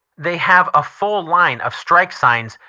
they have a full line of strike signs,